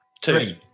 Two